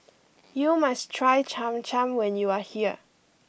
you must try Cham Cham when you are here